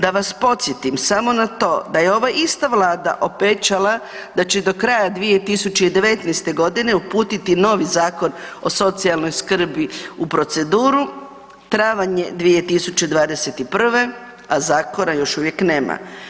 Da vas podsjetim samo na to da je ova ista Vlada obećala da će do kraja 2019. godine uputiti novi Zakon o socijalnoj skrbi u proceduru, travanj je 2021., a zakona još uvijek nema.